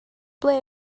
ble